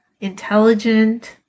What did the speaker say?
intelligent